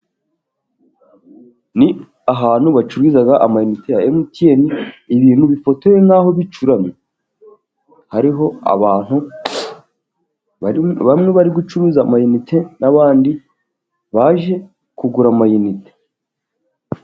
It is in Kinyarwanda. Ni ahantu bacururiza amayinite ya Emutiyeni, ibintu bifotoye nk'aho bicuramye. Hariho abantu bamwe bari gucuruza amayinite, n'abandi baje kugura amayinite.